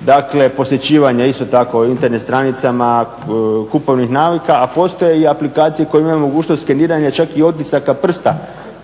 dakle posjećivanje isto tako Internet stranicama kupovnih navika a postoje i aplikacije koje imaju mogućnost skeniranja čak i otisaka prsta